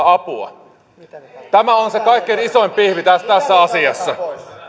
apua tämä on se kaikkein isoin pihvi tässä asiassa